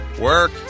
work